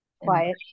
quiet